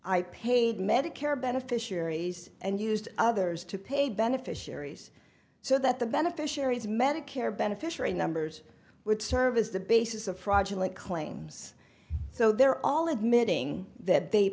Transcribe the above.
i paid medicare beneficiaries and used others to pay beneficiaries so that the beneficiaries medicare beneficiary numbers would serve as the basis of fraudulent claims so they're all admitting that they